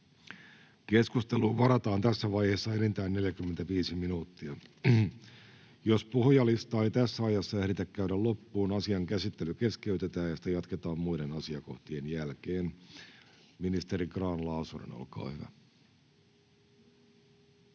Keskusteluun varataan tässä vaiheessa enintään 45 minuuttia. Jos puhujalistaa ei tässä ajassa ehditä käydä loppuun, asian käsittely keskeytetään ja sitä jatketaan muiden asiakohtien jälkeen. — Ministeri Grahn-Laasonen, olkaa hyvä.